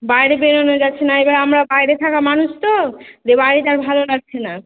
বাইরে বেরোনো যাচ্ছে না এবার আমরা বাইরে থাকা মানুষ তো যে বাড়িতে আর ভালো লাগছে না